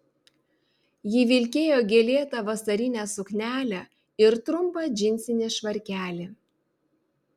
ji vilkėjo gėlėtą vasarinę suknelę ir trumpą džinsinį švarkelį